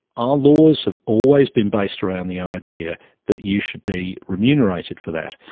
our laws have always been based around the idea that you should be remunerated for that.